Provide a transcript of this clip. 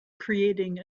creating